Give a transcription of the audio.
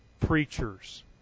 preachers